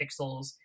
pixels